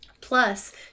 Plus